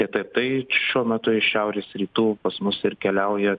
apie tai šiuo metu iš šiaurės rytų pas mus ir keliauja